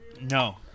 No